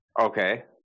okay